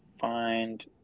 find